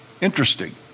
Interesting